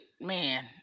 man